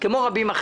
כמובן זה דבר